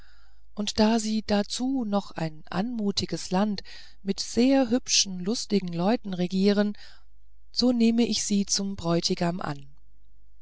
und da sie dazu noch ein anmutiges land mit sehr hübschen lustigen leuten regieren so nehme ich sie zum bräutigam an